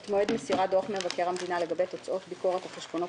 את מועד מסירת דוח מבקר המדינה לגבי תוצאות ביקורת החשבונות